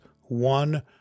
one